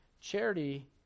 Charity